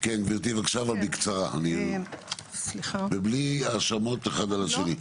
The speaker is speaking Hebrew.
כן גבירתי בבקשה אבל בקצרה ובלי האשמות אחד על השני.